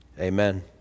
Amen